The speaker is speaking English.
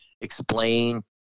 Explain